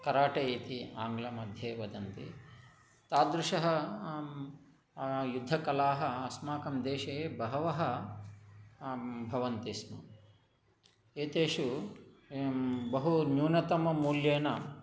karate इति आङ्ग्लमध्ये वदन्ति तादृशः युद्धकलाः अस्माकं देशे बहवः भवन्ति स्म एतेषु बहु न्यूनतममूल्येन